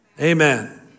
Amen